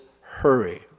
Hurry